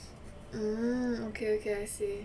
mm okay okay I see